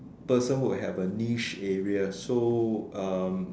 person would have a niche area so um